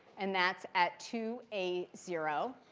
and that's at two a zero.